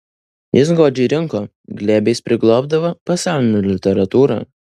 jis godžiai rinko glėbiais priglobdavo pasaulinę literatūrą